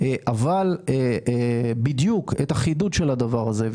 אבל את החידוד של הדבר הזה,